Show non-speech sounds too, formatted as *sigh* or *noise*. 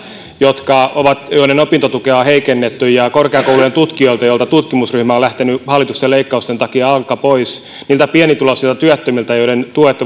joiden opintotukia on heikennetty ja korkeakoulujen tutkijoista joilta tutkimusryhmä on lähtenyt hallitusten leikkausten takia alta pois niistä pienituloisista työttömistä joiden tuet *unintelligible*